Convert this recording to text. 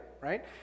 right